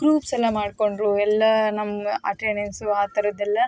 groups ಎಲ್ಲ ಮಾಡಿಕೊಂಡರೂ ಎಲ್ಲ ನಮ್ಮ ಅಟೆಂಡೆನ್ಸು ಆ ಥರದ್ದೆಲ್ಲ